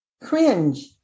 cringe